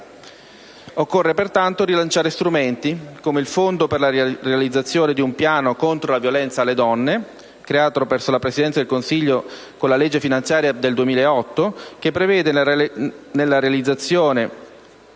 Occorre pertanto rilanciare strumenti come il Fondo per la realizzazione di un piano contro la violenza alle donne, creato presso la Presidenza del Consiglio con la legge finanziaria del 2008, che vede nella realizzazione